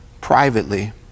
Privately